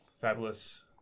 Fabulous